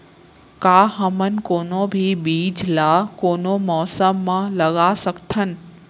का हमन कोनो भी बीज ला कोनो मौसम म लगा सकथन?